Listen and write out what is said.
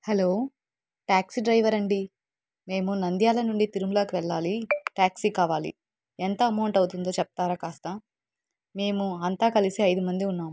hello taxi driver అండి మేము నంద్యాల నుండి తిరుమలకి వెళ్ళాలి ట్యాక్సీ కావాలి ఎంత అమౌంట్ అవుతుందో చెప్తారా కాస్త మేము అంతా కలిసి ఐదు మంది ఉన్నాము